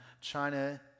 China